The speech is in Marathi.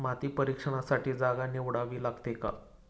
माती परीक्षणासाठी जागा निवडावी लागते का?